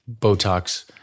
Botox